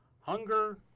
hunger